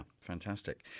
fantastic